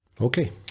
Okay